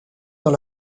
dans